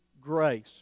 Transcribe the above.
grace